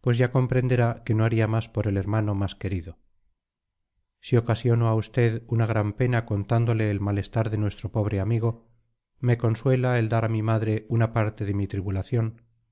pues ya comprenderá que no haría más por el hermano más querido si ocasiono a usted una gran pena contándole el malestar de nuestro pobre amigo me consuela el dar a mi madre una parte de mi tribulación